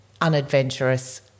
unadventurous